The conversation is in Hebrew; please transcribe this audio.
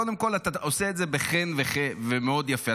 קודם כול, אתה עושה את זה בחן ומאוד יפה.